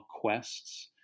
Quests